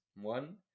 one